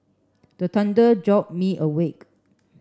the thunder jolt me awake